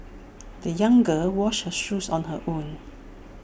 the young girl washed her shoes on her own